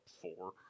Four